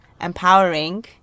empowering